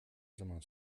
zaman